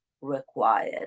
required